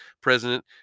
President